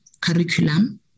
curriculum